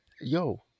yo